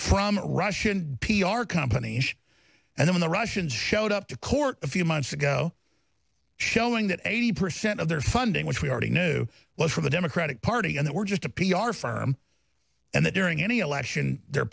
from russian p r companies and then the russians showed up to court a few months ago showing that eighty percent of their funding which we already knew was for the democratic party and they were just a p r firm and that during any election the